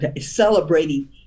celebrating